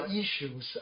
issues